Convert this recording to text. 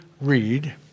read